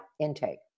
intake